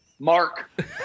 Mark